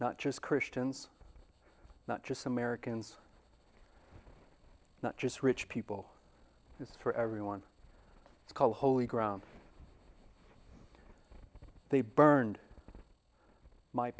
not just christians not just americans not just rich people is for everyone it's called holy ground they burned my